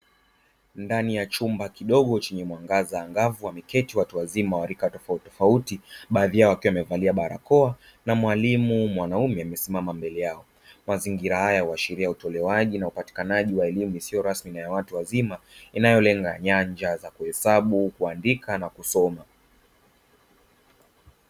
Ndani ya chumba kidogo chenye mwanga angavu wameketi watu wazima wa rika tofautitofauti baadhi yao wakiwa wamevalia barakoa na mwalimu mwanaume amesimama mbele yao; mazingira haya huashiria utolewaji na upatikanaji wa elimu isiyo rasmi na ya watu wazima inayolenga nyanja za kuhesabu, kuandika na kusoma.